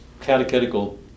catechetical